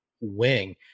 wing